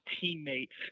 teammates